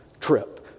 trip